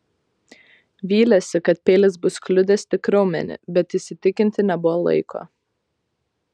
vylėsi kad peilis bus kliudęs tik raumenį bet įsitikinti nebuvo laiko